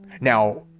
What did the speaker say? now